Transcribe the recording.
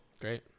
Great